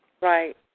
Right